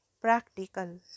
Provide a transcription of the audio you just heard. practical